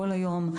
כל היום,